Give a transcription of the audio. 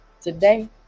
Today